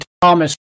Thomas